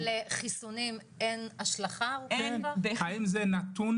זה נתון